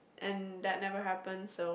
and that never happen so